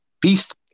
Beast